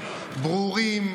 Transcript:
ברורים,